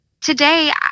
today